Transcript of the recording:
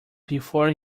before